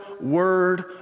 word